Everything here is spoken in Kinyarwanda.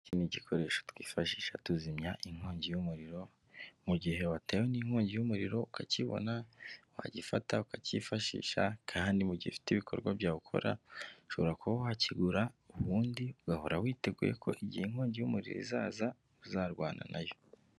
Iki ni gikoresho twifashisha tuzimya inkongi y'umuriro, mu gihe watewe n'inkongi y'umuriro ukakibona, wagifata ukacyifashisha, kandi mu mugihe ufite ibikorwa byawe ukora, ushobora kuba wakigura ubundi ugahora witeguye ko igihe inkongi y'umuriro izaza, uzarwana na yo.